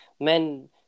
men